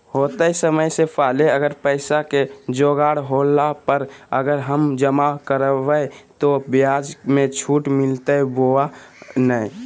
होतय समय से पहले अगर पैसा के जोगाड़ होला पर, अगर हम जमा करबय तो, ब्याज मे छुट मिलते बोया नय?